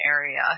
area